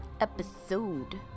episode